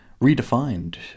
redefined